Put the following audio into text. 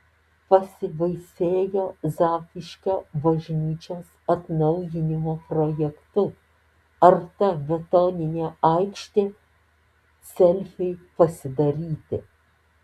pasibaisėjo zapyškio bažnyčios atnaujinimo projektu ar ta betoninė aikštė selfiui pasidaryti